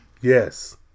Yes